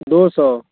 दो सौ